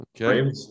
Okay